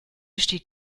steht